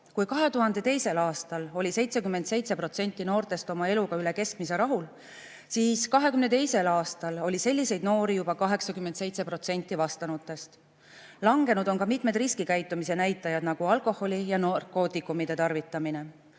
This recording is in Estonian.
Kui 2002. aastal oli 77% noortest oma eluga üle keskmise rahul, siis 2022. aastal oli selliseid noori juba 87% vastanutest. Langenud on ka mitmed riskikäitumise näitajad, nagu alkoholi ja narkootikumide tarvitamine. Paraku